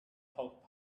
talk